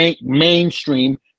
mainstream